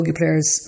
players